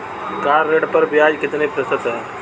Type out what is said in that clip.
Car ऋण पर ब्याज कितने प्रतिशत है?